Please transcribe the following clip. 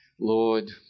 Lord